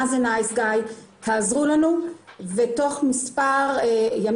מה זה 'נייס גאי' ומבקשים עזרה ותוך מספר ימים